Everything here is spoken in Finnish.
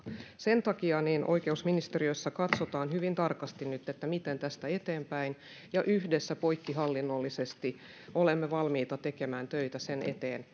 sen takia oikeusministeriössä katsotaan hyvin tarkasti nyt miten tästä eteenpäin ja yhdessä poikkihallinnollisesti olemme valmiita tekemään töitä sen eteen